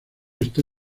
está